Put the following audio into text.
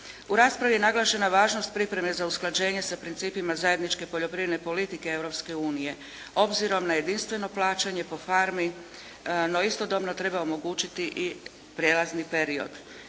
U raspravi je naglašena važnost pripreme za usklađenje sa principima zajedničke poljoprivredne politike Europske unije. Obzirom na jedinstveno plaćanje po farmi no istodobno treba omogućiti i prijelazni period.